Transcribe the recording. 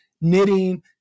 knitting